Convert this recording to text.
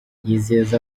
yizeza